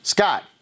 Scott